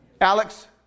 Alex